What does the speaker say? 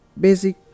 Basic